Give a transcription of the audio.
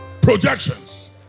projections